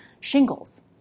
shingles